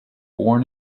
born